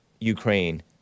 Ukraine